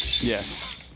Yes